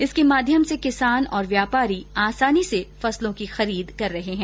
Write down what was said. इसके माध्यम से किसान और व्यापारी आसानी से फसलों की खरीद और बिक्री कर रहे हैं